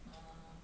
err